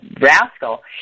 rascal